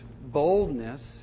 boldness